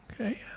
Okay